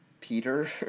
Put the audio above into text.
Peter